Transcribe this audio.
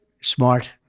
Smart